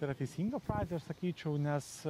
yra teisinga frazė aš sakyčiau nes